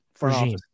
regime